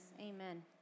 amen